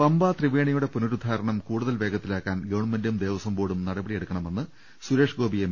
പമ്പ ത്രിവേണിയുടെ പുനരുദ്ധാരണം കൂടുതൽ വേഗത്തിലാ ക്കാൻ ഗവൺമെന്റും ദേവസം ബോർഡും നടപടിയെടുക്കണമെന്ന് സുരേഷ് ഗോപി എം